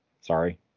Sorry